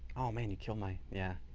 oh man. you killed my, yeah.